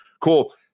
cool